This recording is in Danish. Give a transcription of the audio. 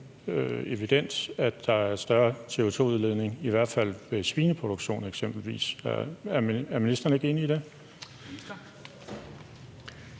er ret evident, at der er større CO2-udledning ved i hvert fald svineproduktion eksempelvis. Er ministeren ikke enig i det?